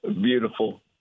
Beautiful